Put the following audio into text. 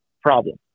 problem